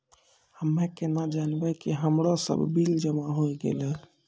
हम्मे केना जानबै कि हमरो सब बिल जमा होय गैलै?